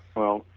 well,